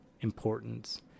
importance